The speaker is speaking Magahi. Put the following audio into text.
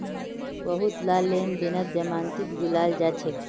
बहुतला लेन देनत जमानतीक बुलाल जा छेक